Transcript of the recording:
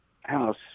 house